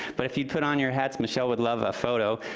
but if you put on your hats, michelle would love a photo.